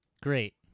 Great